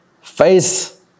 face